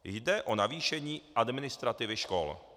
Jde o navýšení administrativy škol.